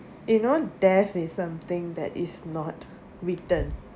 you know death is something that is not written